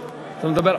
התורה,